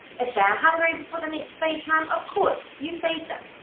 if they're hungry before the next feed time of course you feed them!